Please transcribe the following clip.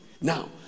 now